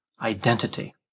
identity